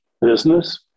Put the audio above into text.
business